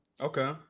Okay